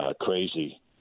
crazy